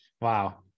Wow